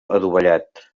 adovellat